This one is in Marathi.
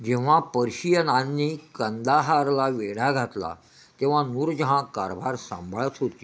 जेव्हा पर्शियनांनी कंदाहारला वेढा घातला तेव्हा नूरजहाँ कारभार सांभाळत होती